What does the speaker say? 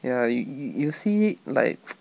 ya you you you you see like